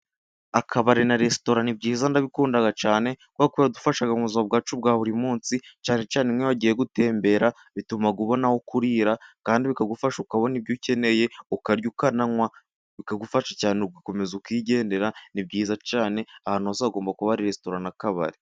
Akabari na resitora ni byiza ndabikunda cyane, kubera ko bidufasha mu buzima bwacu bwa buri munsi, cyane cyane iyo wagiye gutembera bituma ubona aho kurira kandi bikagufasha ukabona ibyo ukeneye ukarya, ukanywa bikagufasha cyane ugakomeza ukigendera, ni byiza cyane ahantu hose hagomba kuba hari resitora n'akabari.